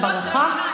אני